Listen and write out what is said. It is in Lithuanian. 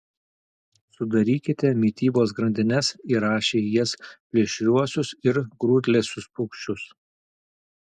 sudarykite mitybos grandines įrašę į jas plėšriuosius ir grūdlesius paukščius